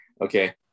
Okay